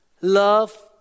love